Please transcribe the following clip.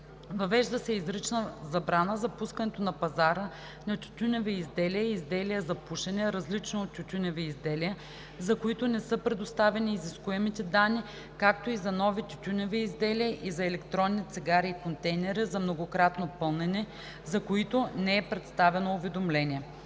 Въвежда се изрична забрана за пускането на пазара на тютюневи изделия и изделия за пушене, различни от тютюневи изделия, за които не са предоставени изискуемите данни, както и за нови тютюневи изделия и за електронни цигари и контейнери за многократно пълнене, за които не е представено уведомление.